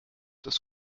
des